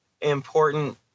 important